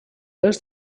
est